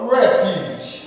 refuge